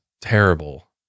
terrible